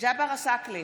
ג'אבר עסאקלה,